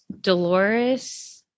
Dolores